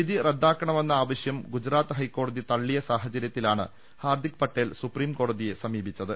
വിധി റദ്ദാക്കണമെന്ന ആവശ്യം ഗുജറാത്ത് ഹൈക്കോടതി തള്ളിയ സാഹചരൃത്തിലാണ് ഹാർദ്ദിക് പട്ടേൽ സുപ്രീംകോട തിയെ സമീപിച്ചത്